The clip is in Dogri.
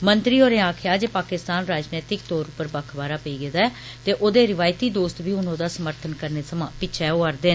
मंत्री होरें आक्खेआ जे पाकिस्तान राजनैतिक तौर उप्पर बक्ख बाहरा होई गेआ ऐ ते ओदे रिवायती दौस्त बी हुन ओहदा समर्थन करने समां पिच्छे होआ रदे न